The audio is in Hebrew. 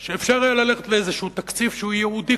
שהיה אפשר ללכת לאיזה תקציב שהוא ייעודי,